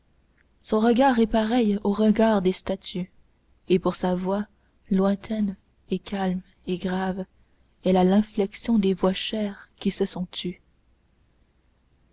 son regard est pareil au regard des statues et pour sa voix lointaine et calme et grave elle a l'inflexion des voix chères qui se sont tues